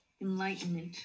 enlightenment